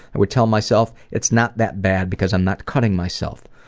i would tell myself it's not that bad because i'm not cutting myself.